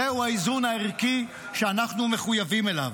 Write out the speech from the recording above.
זהו האיזון הערכי שאנחנו מחויבים אליו.